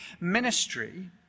Ministry